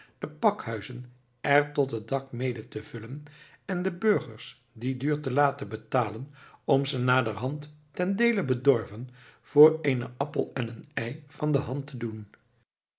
de pakhuizen er tot het dak mede te vullen en de burgers die duur te laten betalen om ze naderhand ten deele bedorven voor eenen appel en een ei van de hand te doen